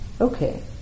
okay